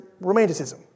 romanticism